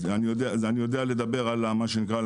אני יודע לדבר על מה שנקרא,